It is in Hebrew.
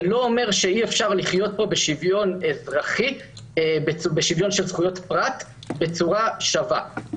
זה לא אומר שאי-אפשר להנחיל פה שוויון של זכויות הפרט בצורה שווה.